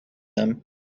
them